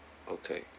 okay